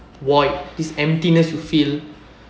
void this emptiness you feel